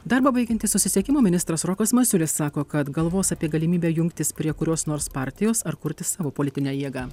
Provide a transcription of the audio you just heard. darbą baigiantis susisiekimo ministras rokas masiulis sako kad galvos apie galimybę jungtis prie kurios nors partijos ar kurti savo politinę jėgą